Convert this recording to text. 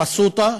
פסוטה.